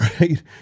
right